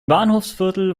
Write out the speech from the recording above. bahnhofsviertel